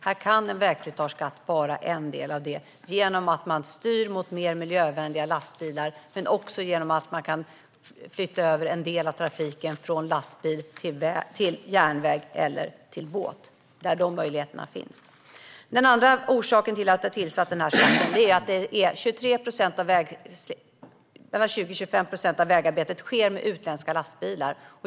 Här kan en vägslitageskatt utgöra en del genom att man styr mot mer miljövänliga lastbilar, men också genom att man kan flytta över en del av trafiken från lastbil till järnväg eller båt. Den andra orsaken till att utredningen har tillsatts är att 20-25 procent av vägtransporterna sker med utländska lastbilar.